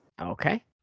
okay